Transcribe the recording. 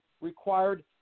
required